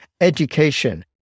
education